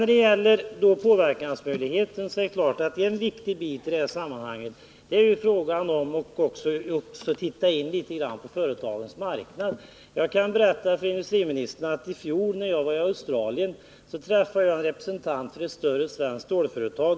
När det gäller påverkansmöjligheterna är det klart att det också är viktigt att se litet grand på företagens marknad. Jag kan berätta för industriministern att jag i fjol när jag var i Australien träffade en representant för ett större svenskt stålföretag.